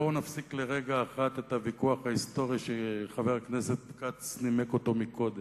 בואו נפסיק לרגע אחד את הוויכוח ההיסטורי שחבר הכנסת כץ נימק קודם.